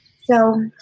So-